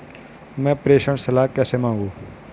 मैं प्रेषण सलाह कैसे मांगूं?